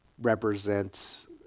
represents